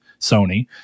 Sony